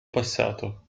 passato